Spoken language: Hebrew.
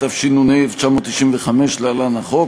התשנ"ה 1995 (להלן: החוק),